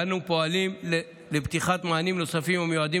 אני פועלים לפתיחת מענים נוספים המיועדים